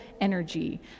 energy